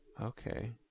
Okay